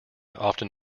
often